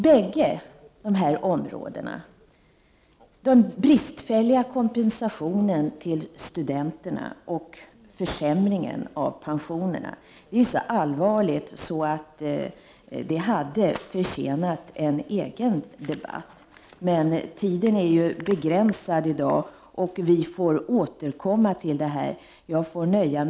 Båda dessa områden, den bristfälliga kompensationen till studenterna och försämringen av pensionerna, är så allvarliga att de hade förtjänat en egen debatt. Men tiden är begränsad i dag, och vi får återkomma till detta. 121 Fru talman!